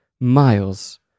Miles